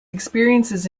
experiences